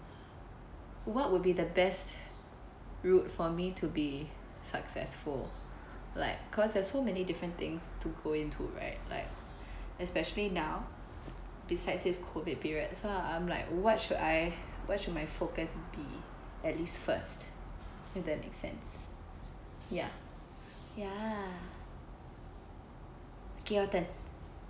what would be the best route for me to be successful like cause there are so many different things to go into right like especially now besides this COVID period so I'm like what should I what should my focus be at least first if that makes sense ya ya okay all done